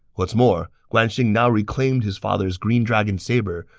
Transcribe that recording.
what's more, guan xing now reclaimed his father's green dragon saber,